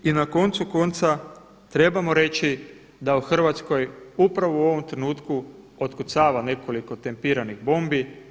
I na koncu konca trebamo reći da u Hrvatskoj upravo u ovom trenutku otkucava nekoliko tempiranih bombi.